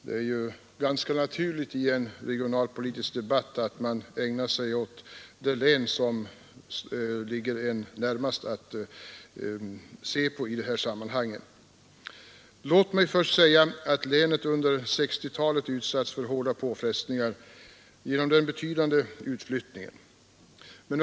Det är ganska naturligt att man i en regionalpolitisk debatt ägnar sig åt det län som man känner bäst till. Låt mig först säga att Kopparbergs län under 1960-talet utsatts för hårda påfrestningar genom den betydande utflyttningen.